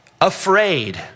Afraid